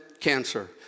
cancer